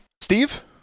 steve